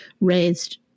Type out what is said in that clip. raised